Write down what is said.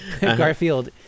Garfield